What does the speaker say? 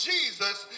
Jesus